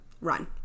run